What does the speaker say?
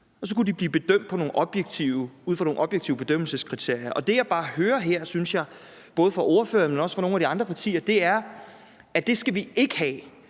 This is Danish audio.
og så kunne de blive bedømt ud fra nogle objektive bedømmelseskriterier. Det, jeg bare synes jeg hører her, både fra ordføreren, men også fra nogle af de andre partier, er, at det skal vi ikke have,